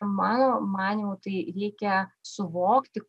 mano manymu tai reikia suvokti